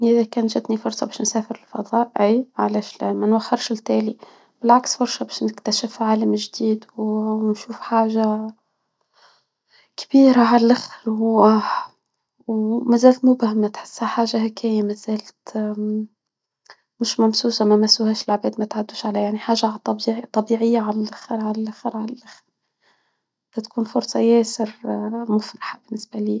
اذا كان جاتني فرشة باش نسافر الفضاء اي على سلامة مانوخرش للتالي. بالعكس ورشة باش نكتشف عالم جديد ونشوف حاجة كبيرة عاللاخر واه ومازالت مبهمة تحس حاجة هكى مازالت مش ممسوسة ما مسوهاش لعبات ما تعدوش عليا يعني حاجة طبيعية عالاخر عالاخر عالاخر تتكون فرصة ياسر مفرحة بالنسبة لي.